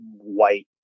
white